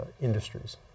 industries